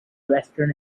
western